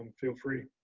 feel free.